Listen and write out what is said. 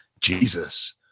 Jesus